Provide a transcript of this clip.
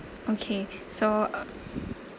okay so uh